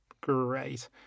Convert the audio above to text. great